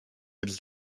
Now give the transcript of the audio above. its